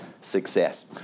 success